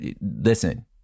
listen